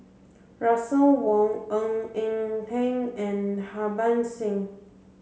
Russel Wong Ng Eng Teng and Harbans Singh